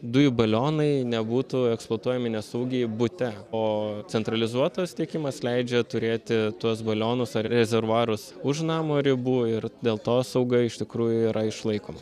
dujų balionai nebūtų eksploatuojami nesaugiai bute o centralizuotas tiekimas leidžia turėti tuos balionus ar rezervuarus už namo ribų ir dėl to sauga iš tikrųjų yra išlaikoma